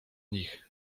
nich